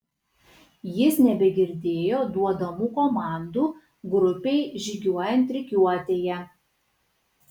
jis nebegirdėjo duodamų komandų grupei žygiuojant rikiuotėje